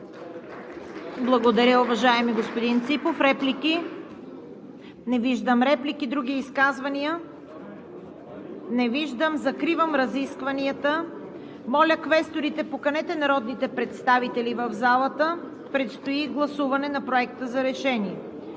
Благодаря, уважаеми господин Ципов. Реплики? Не виждам. Други изказвания? Не виждам. Закривам разискванията. Моля, квесторите, поканете народните представители в залата – предстои гласуване на Проекта за решение